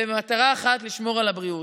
במטרה אחת: לשמור על הבריאות.